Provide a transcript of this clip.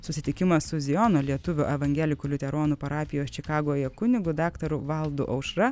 susitikimas su zijona lietuvių evangelikų liuteronų parapijos čikagoje kunigu daktaru valdu aušra